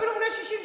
אפילו בני 60,